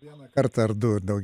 vieną kartą ar du daugiau